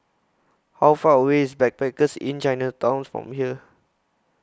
How Far away IS Backpackers Inn Chinatown's from here